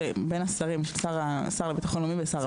בין השרים השר לבטחון לאומי ושר הפנים.